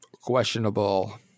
questionable